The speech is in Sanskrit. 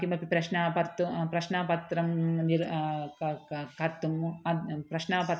किमपि प्रश्नाः कर्तुं प्रश्नपत्रं निर् क क कर्तुं अ प्रश्नपत्रम्